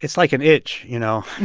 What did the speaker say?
it's like an itch, you know?